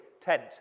tent